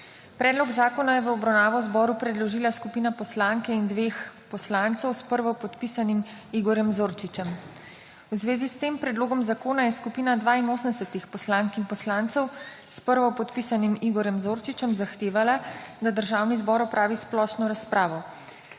Predlog zakona je v obravnavo zboru predložila skupina poslanke in dveh poslancev s prvopodpisanim Igorjem Zorčičem. V zvezi s tem predlogom zakona je skupina 82 poslank in poslancev s prvopodpisanim Igorjem Zorčičem zahtevala, da Državni zbor opravi splošno razpravo,